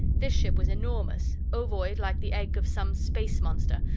this ship was enormous, ovoid like the egg of some space-monster,